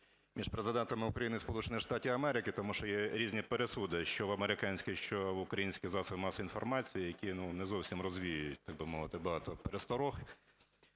між президентами України і Сполучених Штатів Америки. Тому що є різні пересуди що в американських, що в українських засобах масової інформації, які, ну, не зовсім розвіюють, так би мовити, багато пересторог.